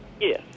Yes